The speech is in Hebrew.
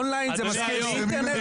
און ליין זה מזכיר אינטרנט,